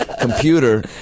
computer